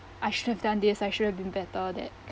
I should have done this I should have been better that